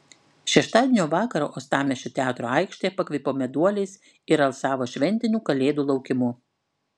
šeštadienio vakarą uostamiesčio teatro aikštė pakvipo meduoliais ir alsavo šventiniu kalėdų laukimu